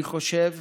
אני חושב